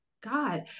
God